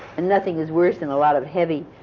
and nothing is worse than a lot of heavy,